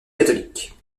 catholique